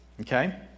Okay